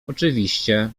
oczywiście